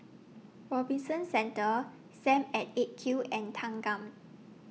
Robinson Centre SAM At eight Q and Thanggam